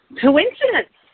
coincidence